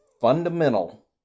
fundamental